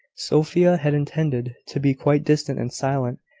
sophia had intended to be quite distant and silent,